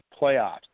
playoffs